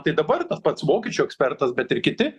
tai dabar tas pats vokiečių ekspertas bet ir kiti